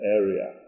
area